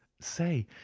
say,